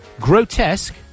Grotesque